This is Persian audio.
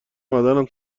معدنم